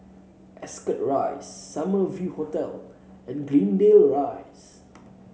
Ascot Rise Summer View Hotel and Greendale Rise